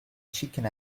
chicken